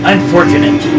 Unfortunate